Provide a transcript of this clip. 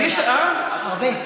הרבה.